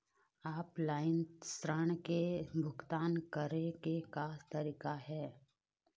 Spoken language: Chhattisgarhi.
ऑफलाइन ऋण के भुगतान करे के का तरीका हे?